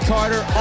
Carter